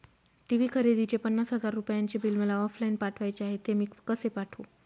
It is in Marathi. टी.वी खरेदीचे पन्नास हजार रुपयांचे बिल मला ऑफलाईन पाठवायचे आहे, ते मी कसे पाठवू?